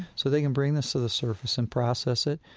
so they can bring this to the surface and process it,